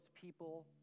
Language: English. people